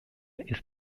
ist